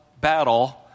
battle